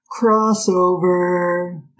Crossover